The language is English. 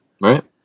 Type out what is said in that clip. Right